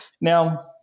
Now